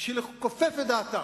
בשביל לכופף את דעתה,